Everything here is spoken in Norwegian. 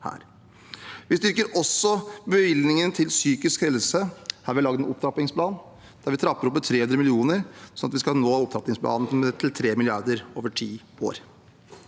Vi styrker også bevilgningene til psykisk helse. Her har vi lagd en opptrappingsplan der vi trapper opp med 300 mill. kr, slik at vi skal nå opptrappingsplanen til 3 mrd. kr over ti år.